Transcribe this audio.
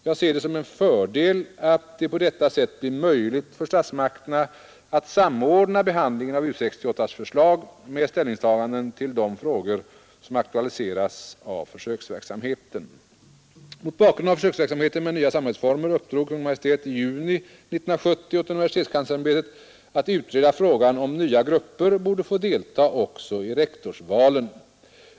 Jag ser det som en fördel att det på detta sätt blir möjligt för statsmakterna att samordna behandlingen av U 68 försöksverksamheten. Mot bakgrund av försöksverksamheten med nya samarbetsformer uppdrog Kungl. Maj:t i juni 1970 åt universitetskanslersämbetet att utreda frågan om nya grupper borde få delta också i rektorsvalen.